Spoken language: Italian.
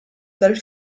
dal